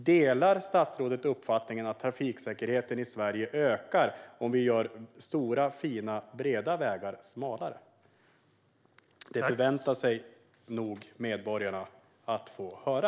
Delar statsrådet uppfattningen att trafiksäkerheten i Sverige ökar om vi gör stora, fina och breda vägar smalare? Detta förväntar sig nog medborgarna att få höra.